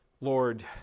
Lord